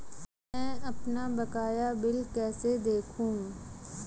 मैं अपना बकाया बिल कैसे देखूं?